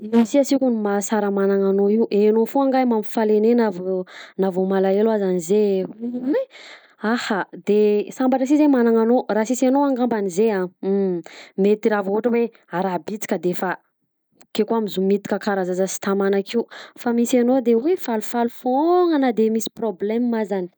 Io si a seky mahasara magnana anao io, hainao foagna ngahy mampifaly anahy na vao na vao malahelo azany zay. Oy! Aha de sambatra si zay magnana anao raha sisy anao angamba zay mety raha vao ohatra hoe araha bitika de efa bokeo koa mizomitika karaha zaza sy tamana akeo fa misy anao de hoy falifaly foagna na de misy problema azany.